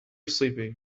sleeping